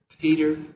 Peter